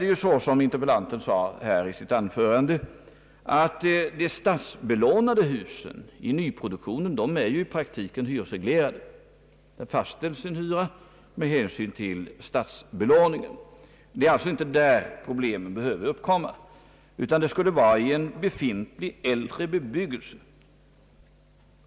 Som interpellanten sade i sitt anförande är de statsbelånade husen i nyproduktionen ju i praktiken hyresreglerade. Det fastställs en hyra med hänsyn till statsrådsbelåningen. Det är inte där problemet behöver uppkomma, utan det skulle vara i en befintlig äldre bebyggelse.